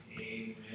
amen